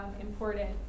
important